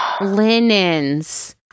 linens